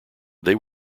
they